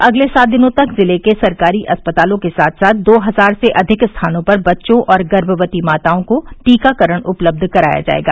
अगले सात दिनों तक जिले के सरकारी अस्पतालों के साथ साथ दो हजार से अधिक स्थानों पर बच्चों और गर्मवती माताओं को टीकाकरण उपलब्ध कराया जाएगा